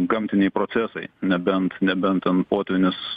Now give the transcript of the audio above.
gamtiniai procesai nebent nebent ten potvynis